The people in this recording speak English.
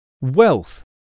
wealth